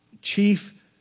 chief